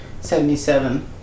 Seventy-seven